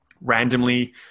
randomly